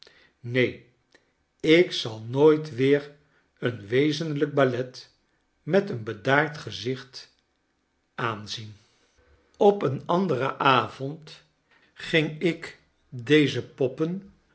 neen ik zal nooit weer een wezenlijk ballet met een bedaard gezicht aanzien op een anderen avond ging ik deze poppen